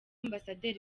ambasaderi